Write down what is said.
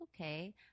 Okay